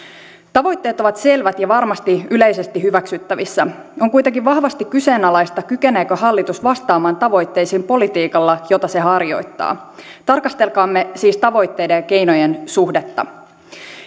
tavoitteet ovat selvät ja varmasti yleisesti hyväksyttävissä on kuitenkin vahvasti kyseenalaista kykeneekö hallitus vastaamaan tavoitteisiin politiikalla jota se harjoittaa tarkastelkaamme siis tavoitteiden ja keinojen suhdetta